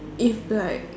if like